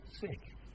sick